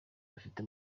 rufite